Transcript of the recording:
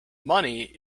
money